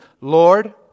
Lord